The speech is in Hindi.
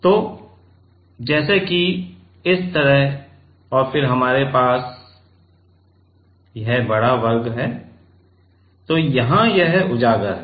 तो जैसे की इस तरह और फिर हमारे पास बड़ा वर्ग है तो यहाँ यह उजागर है